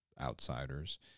outsiders